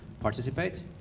participate